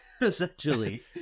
essentially